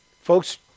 Folks